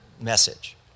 message